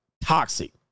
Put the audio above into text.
toxic